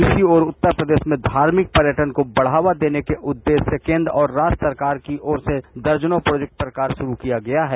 इसी ओर उत्तर प्रदेश में धार्मिक पर्यटन को बढ़ावा देने के उद्देश्य से केंद्र और राज्य सरकार की ओर से दर्जनों प्रोजेक्ट पर कार्य शुरू किया गया है